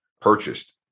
purchased